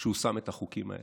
שהוא שם את החוקים האלה.